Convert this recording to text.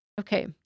okay